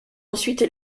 ensuite